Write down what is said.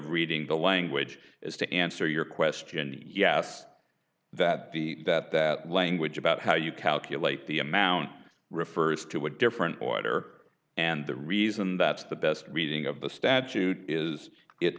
reading the language is to answer your question yes that the that that language about how you calculate the amount refers to a different order and the reason that's the best reading of the statute is it